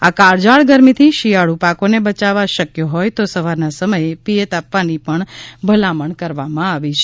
આ કાળઝાળ ગરમીથી શિયાળ પાકોને બચાવવા શક્ય હોય તો સવારના સમયે પિયત આપવાની ભલામણ કરવામાં આવી છે